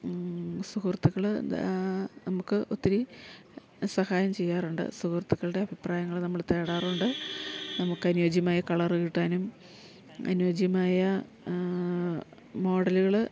സുഹൃത്തുക്കള് എന്താ നമുക്ക് ഒത്തിരി സഹായം ചെയ്യാറുണ്ട് സുഹൃത്തുക്കളുടെ അഭിപ്രായങ്ങള് നമ്മള് തേടാറും ഉണ്ട് നമുക്കനുയോജ്യമായ കളറ് കിട്ടാനും അനുയോജ്യമായ മോഡലുകൾ